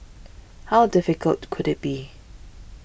how difficult could it be